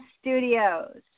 Studios